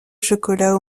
chocolat